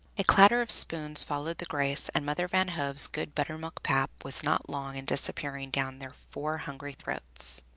a clatter of spoons followed the grace, and mother van hove's good buttermilk pap was not long in disappearing down their four hungry throats.